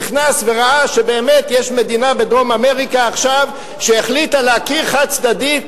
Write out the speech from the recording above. נכנס וראה שבאמת יש עכשיו מדינה בדרום-אמריקה שהחליטה להכיר חד-צדדית,